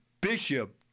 Bishop